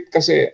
Kasi